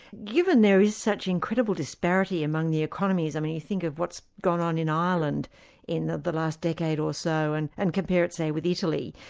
given there is such incredible disparity among the economies, i mean you think of what's gone on in ireland in the the last decade or so and and compare it, say, with italy,